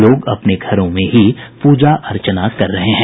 लोग अपने घरों में ही प्रजा अर्चना कर रहे हैं